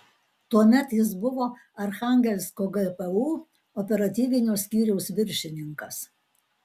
tuomet jis buvo archangelsko gpu operatyvinio skyriaus viršininkas